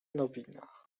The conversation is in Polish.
nowina